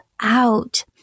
out